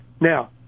now